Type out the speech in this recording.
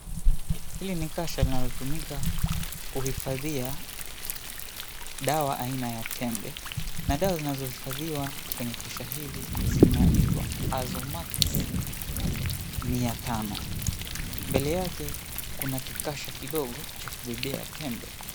Hili ni kasha linalotumika kuhifandhia dawa aina ya tembe na dawa zinazohifandiwa kwenye kasha hili zinaitwa Azomax 500. Mbele yake kuna kikasha kidogo cha kubebea tembe.